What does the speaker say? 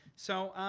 so,